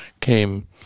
came